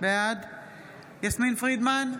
בעד יסמין פרידמן,